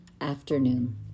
afternoon